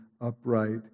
upright